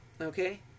okay